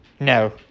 no